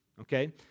okay